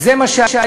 זה מה שהיה.